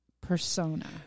persona